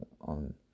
on